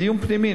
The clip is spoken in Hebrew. דיון פנימי,